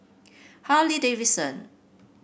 Harley Davidson